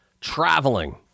Traveling